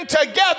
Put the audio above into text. together